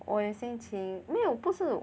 我有心情没有不是